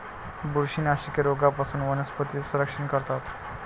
बुरशीनाशके रोगांपासून वनस्पतींचे संरक्षण करतात